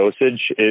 dosage